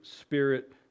Spirit